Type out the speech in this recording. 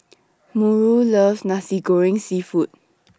Murry loves Nasi Goreng Seafood